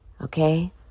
Okay